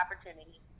opportunity